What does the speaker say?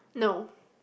no